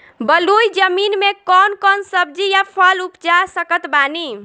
बलुई जमीन मे कौन कौन सब्जी या फल उपजा सकत बानी?